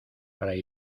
fray